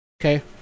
okay